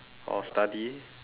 or study